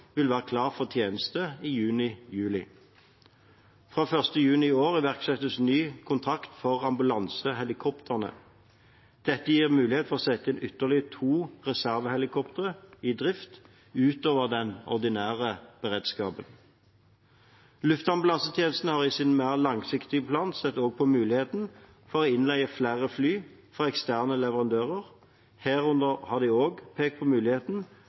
vil være klare for tjeneste i juni/juli. Fra 1. juni i år iverksettes ny kontrakt for ambulansehelikoptrene. Det gir mulighet for å sette inn ytterligere to reservehelikoptre i drift utover den ordinære beredskapen. Luftambulansetjenesten har i sin mer langsiktige plan også sett på mulighetene for innleie av flere fly fra eksterne leverandører, herunder har de også pekt på muligheten